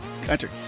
country